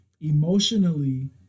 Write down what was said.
emotionally